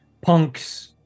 punks